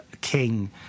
king